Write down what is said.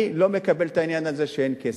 אני לא מקבל את העניין הזה שאין כסף,